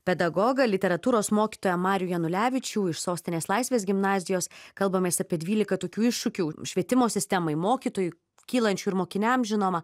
pedagogą literatūros mokytoją marių janulevičių iš sostinės laisvės gimnazijos kalbamės apie dvylika tokių iššūkių švietimo sistemai mokytojui kylančių ir mokiniams žinoma